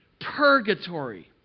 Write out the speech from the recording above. purgatory